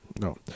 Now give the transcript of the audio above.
No